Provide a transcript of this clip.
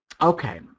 Okay